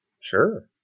Sure